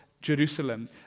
Jerusalem